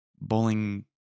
bowling